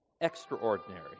extraordinary